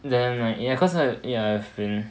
then like ya cause like ya I've been